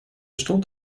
stond